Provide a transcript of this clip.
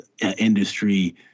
industry